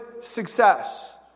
success